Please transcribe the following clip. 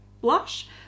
blush